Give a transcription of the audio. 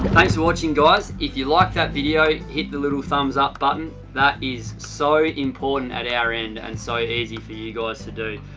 watching guys. if you like that video, hit the little thumps up button, that is so important at our end and so easy for you guys to do.